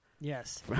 Yes